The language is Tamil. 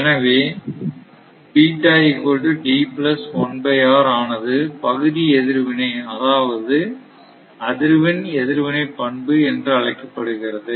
எனவே ஆனது பகுதி எதிர்வினை அதாவது அதிர்வெண் எதிர்வினை பண்பு என்று அழைக்கப்படுகிறது